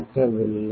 நடக்கவில்லை